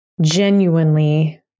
genuinely